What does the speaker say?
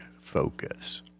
focus